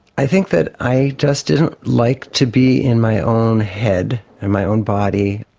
i think that i just didn't like to be in my own head and my own body.